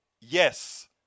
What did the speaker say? Yes